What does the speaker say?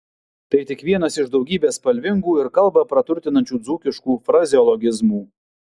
tai tik vienas iš daugybės spalvingų ir kalbą praturtinančių dzūkiškų frazeologizmų